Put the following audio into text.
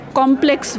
complex